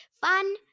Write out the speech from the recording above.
Fun